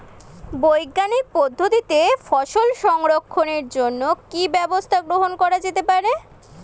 বৈজ্ঞানিক পদ্ধতিতে ফসল সংরক্ষণের জন্য কি ব্যবস্থা গ্রহণ করা যেতে পারে?